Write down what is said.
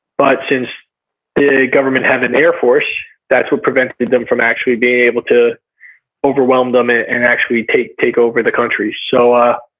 but since the government has an air force that's what prevented them from actually being able to overwhelm them and actually take take over the country so um